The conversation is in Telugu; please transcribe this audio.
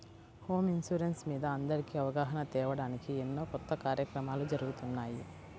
హోమ్ ఇన్సూరెన్స్ మీద అందరికీ అవగాహన తేవడానికి ఎన్నో కొత్త కార్యక్రమాలు జరుగుతున్నాయి